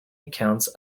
accounts